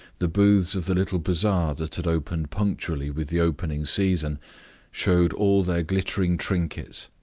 the booths of the little bazar that had opened punctually with the opening season showed all their glittering trinkets,